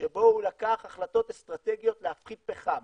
שבו הוא לקח החלטות אסטרטגיות להפחית פחם,